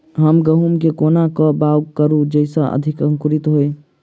हम गहूम केँ कोना कऽ बाउग करू जयस अधिक अंकुरित होइ?